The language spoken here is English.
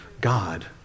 God